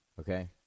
Okay